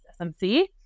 SMC